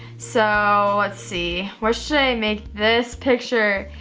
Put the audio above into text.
so let's see. where should i make this picture?